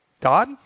God